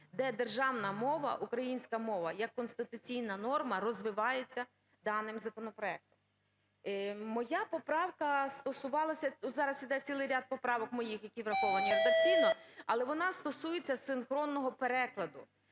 де державна мова, українська мова, як конституційна норма розвивається даним законопроектом. Моя поправка стосувалася, ну зараз іде цілий ряд поправок моїх, які враховані редакційно, але вона стосується синхронного перекладу.